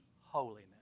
holiness